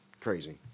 crazy